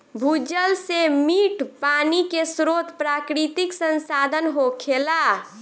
भूजल से मीठ पानी के स्रोत प्राकृतिक संसाधन होखेला